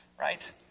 right